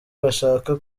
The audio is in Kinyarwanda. bashaka